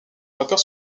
vapeur